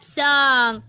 song